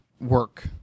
work